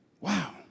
Wow